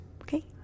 Okay